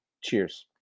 Cheers